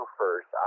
first